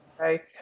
Okay